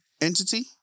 entity